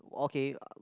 okay